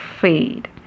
fade